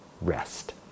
rest